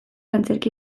antzerki